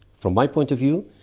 from my point of view,